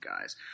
guys